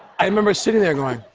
i remember sitting there going,